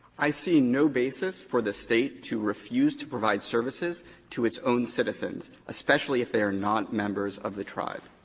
i see no basis for the state to refuse to provide services to its own citizens, especially if they are not members of the tribe.